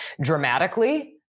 dramatically